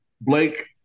Blake